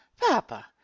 Papa